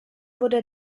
wurde